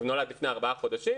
נולד לפני ארבעה חודשים,